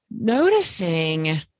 Noticing